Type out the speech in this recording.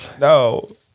No